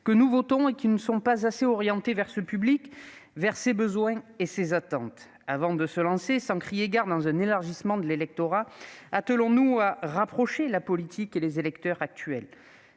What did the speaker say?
que nous votons et qui ne sont pas assez orientées vers ce public, ses besoins et ses attentes. Avant de se lancer sans crier gare dans un élargissement de l'électorat, attelons-nous à rapprocher la politique des électeurs actuels.